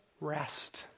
Rest